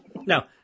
Now